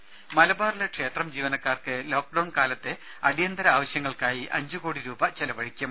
ദരര മലബാറിലെ ക്ഷേത്രം ജീവനക്കാർക്ക് ലോക്ഡൌൺ കാലത്തെ അടിയന്തര ആവശ്യങ്ങൾക്കായി അഞ്ചുകോടി രൂപ ചെലവഴിക്കും